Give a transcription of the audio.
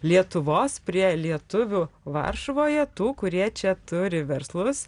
lietuvos prie lietuvių varšuvoje tų kurie čia turi verslus